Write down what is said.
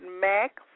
Mac